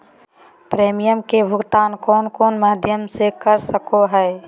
Premium के भुक्तान कौन कौन माध्यम से कर सको है?